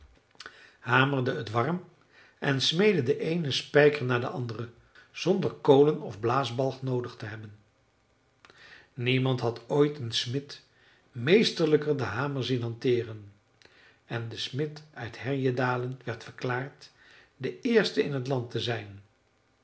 hamerde het warm en smeedde den eenen spijker na den anderen zonder kolen of blaasbalg noodig te hebben niemand had ooit een smid meesterlijker den hamer zien hanteeren en de smid uit härjedalen werd verklaard de eerste in t land te zijn